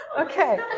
okay